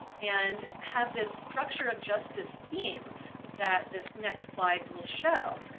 and have this structure of justice theme that this next slide will show.